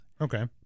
Okay